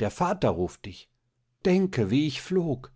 der vater ruft dich denke wie ich flog